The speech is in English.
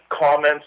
comments